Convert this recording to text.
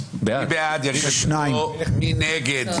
מי נגד?